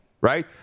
Right